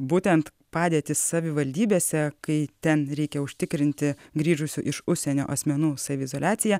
būtent padėtį savivaldybėse kai ten reikia užtikrinti grįžusių iš užsienio asmenų saviizoliaciją